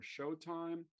Showtime